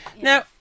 Now